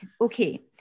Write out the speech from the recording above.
okay